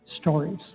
stories